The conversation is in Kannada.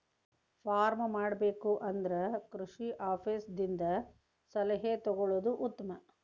ಪಾರ್ಮ್ ಮಾಡಬೇಕು ಅಂದ್ರ ಕೃಷಿ ಆಪೇಸ್ ದಿಂದ ಸಲಹೆ ತೊಗೊಳುದು ಉತ್ತಮ